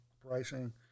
pricing